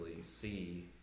see